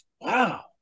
wow